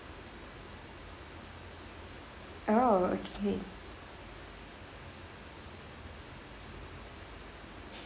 oh okay